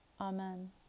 Amen